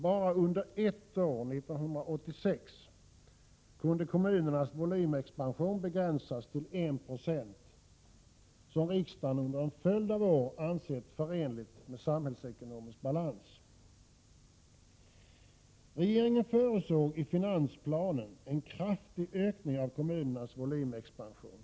Bara under ett år, nämligen under år 1986, kunde kommunernas volymexpansion begränsas till I 26, som riksdagen under en följd av år har ansett vara förenligt med samhällsekonomisk balans. ' Regeringen förutsåg i finansplanen en kraftig ökning av kommunernas volymexpansion.